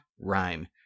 rhyme